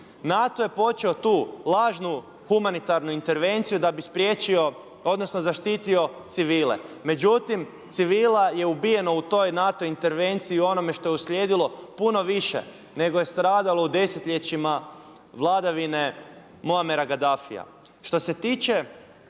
NATO je počeo tu lažnu humanitarnu intervenciju da bi spriječio odnosno zaštitio civile, međutim civila je ubijeno u toj NATO intervenciji i onome što je uslijedilo puno više nego je stradalo u desetljećima vladavine Muammar al-Gaddafija. Što se tiče